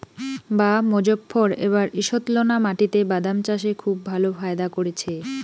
বাঃ মোজফ্ফর এবার ঈষৎলোনা মাটিতে বাদাম চাষে খুব ভালো ফায়দা করেছে